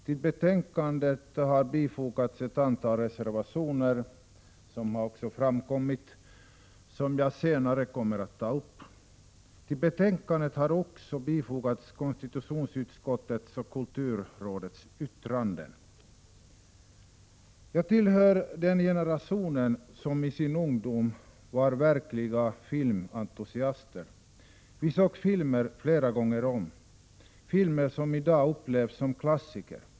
Till betänkandet har fogats ett antal reservationer, som jag senare kommer att ta upp. Till betänkandet har också fogats konstitutionsutskottets och kulturrådets yttranden. Jag tillhör den generation som i sin ungdom var verkliga filmentusiaster. Vi såg filmer, flera gånger om — filmer som i dag upplevs som klassiker.